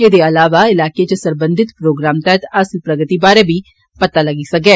ऐदे अलावा इलाके च सरबंधित प्रोग्राम तैहत हासिल प्रगति बारै बी पता लग्गी सकै